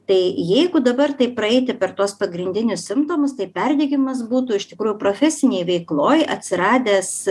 tai jeigu dabar tai praeiti per tuos pagrindinius simptomus tai perdegimas būtų iš tikrųjų profesinėj veikloj atsiradęs